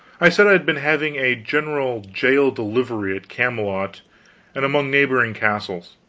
i said i had been having a general jail-delivery at camelot and among neighboring castles,